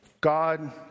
God